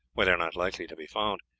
where they are not likely to be found.